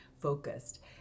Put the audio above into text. focused